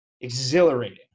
exhilarating